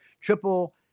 triple